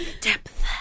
depth